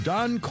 Don